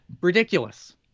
ridiculous